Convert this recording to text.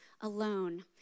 alone